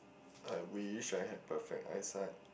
I wish I have perfect eyesight